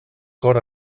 cor